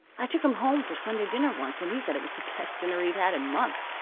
i took him home for sunday dinner once, and he said it was the best dinner he'd had in months.